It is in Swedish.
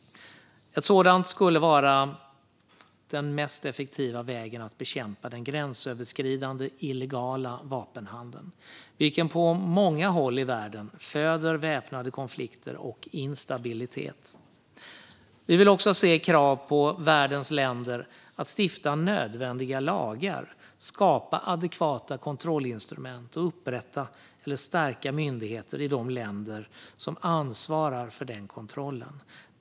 Ett sådant skulle vara den mest effektiva vägen att bekämpa den gränsöverskridande illegala vapenhandeln, vilken på många håll i världen föder väpnade konflikter och instabilitet. Vi vill också se krav på världens länder att stifta nödvändiga lagar, skapa adekvata kontrollinstrument och upprätta eller stärka myndigheter i de länder som ansvarar för den kontrollen.